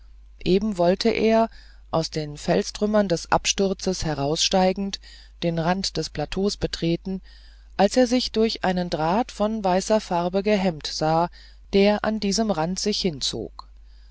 eben wollte er aus den felstrümmern des absturzes heraussteigend den rand des plateaus betreten als er sich durch einen draht von weißer farbe gehemmt sah der an diesem rand sich hinzog